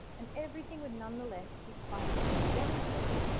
and everything would nonetheless be quite clearly demonstrated,